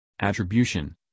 attribution